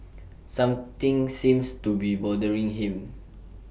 something seems to be bothering him